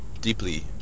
deeply